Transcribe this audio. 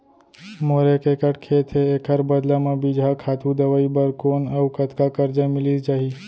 मोर एक एक्कड़ खेत हे, एखर बदला म बीजहा, खातू, दवई बर कोन अऊ कतका करजा मिलिस जाही?